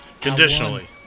Conditionally